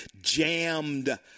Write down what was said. jammed